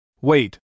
Wait